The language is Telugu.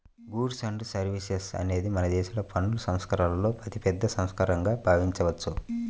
గూడ్స్ అండ్ సర్వీసెస్ అనేది మనదేశ పన్నుల సంస్కరణలలో అతిపెద్ద సంస్కరణగా భావించవచ్చు